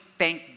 thank